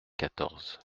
quatorze